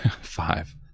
Five